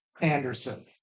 Anderson